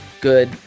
good